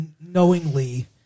knowingly